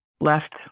left